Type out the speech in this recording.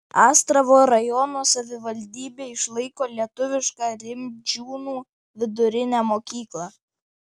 astravo rajono savivaldybė išlaiko lietuvišką rimdžiūnų vidurinę mokyklą